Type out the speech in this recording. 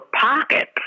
pocket